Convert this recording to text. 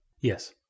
Yes